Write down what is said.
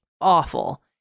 awful